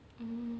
mm